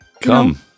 Come